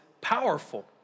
powerful